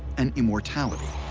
and immortality.